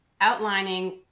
outlining